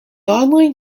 online